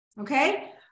okay